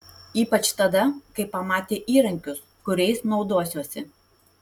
ypač tada kai pamatė įrankius kuriais naudosiuosi